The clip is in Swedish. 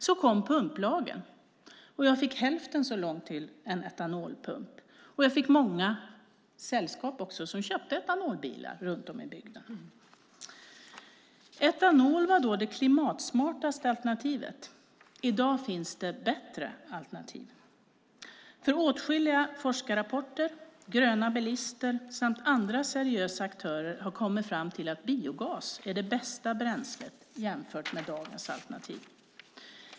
Så kom pumplagen, och jag fick hälften så långt till en etanolpump. Jag fick även sällskap, för det var många som köpte etanolbilar runt om i bygden. Etanol var då det klimatsmartaste alternativet. I dag finns det bättre alternativ. Åtskilliga forskarrapporter, Gröna bilister samt andra seriösa aktörer har kommit fram till att biogas är det bästa bränslet jämfört med dagens alternativ.